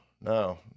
No